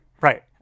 Right